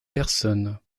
personnes